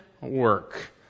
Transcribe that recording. work